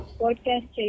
podcast